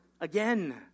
again